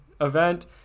event